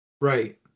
Right